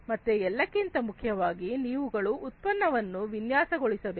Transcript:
ಮತ್ತೆ ಎಲ್ಲಕ್ಕಿಂತ ಮುಖ್ಯವಾಗಿ ನೀವುಗಳು ಉತ್ಪನ್ನವನ್ನು ವಿನ್ಯಾಸಗೊಳಿಸಬೇಕು